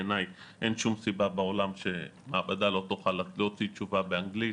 בעיניי אין שום סיבה בעולם שמעבדה לא תוכל להוציא תשובה באנגלית.